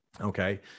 Okay